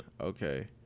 Okay